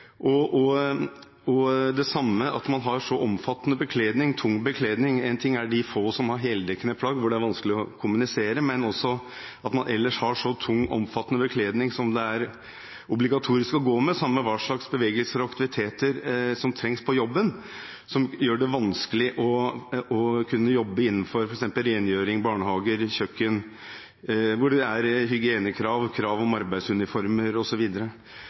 obligatorisk å gå med, samme hva slags bevegelser og aktiviteter som trengs på jobben – som gjør det vanskelig å kunne jobbe innenfor f.eks. rengjøring, barnehager, kjøkken, hvor det er hygienekrav, krav om arbeidsuniformer